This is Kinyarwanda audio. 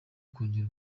kongera